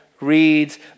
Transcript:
Reads